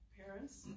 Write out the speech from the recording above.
parents